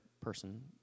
person